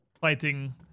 Fighting